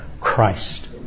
Christ